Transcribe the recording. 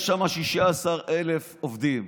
יש שם 16,000 עובדים,